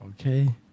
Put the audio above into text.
Okay